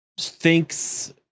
thinks